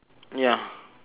ya